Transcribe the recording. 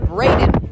Braden